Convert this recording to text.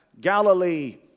Galilee